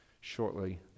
shortly